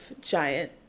giant